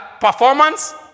performance